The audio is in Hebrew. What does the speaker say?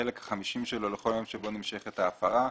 החלק החמישים שלו לכל יום שבו נמשכת ההפרה.